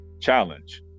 challenge